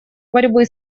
борьбы